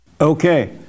Okay